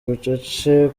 bucece